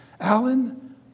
Alan